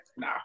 No